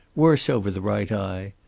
worse over the right eye.